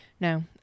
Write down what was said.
No